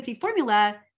formula